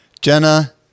Jenna